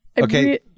Okay